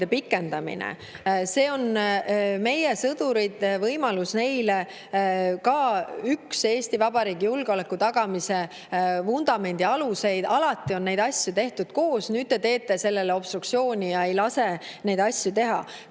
pikendamine – see on meie sõdurite võimalus, ka üks Eesti Vabariigi julgeoleku tagamise vundamendi aluseid. Alati on neid asju tehtud koos. Nüüd te teete sellele obstruktsiooni ja ei lase neid asju teha.